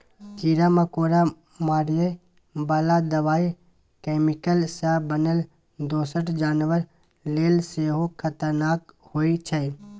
कीरा मकोरा मारय बला दबाइ कैमिकल सँ बनल दोसर जानबर लेल सेहो खतरनाक होइ छै